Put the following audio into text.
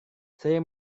saya